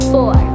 Four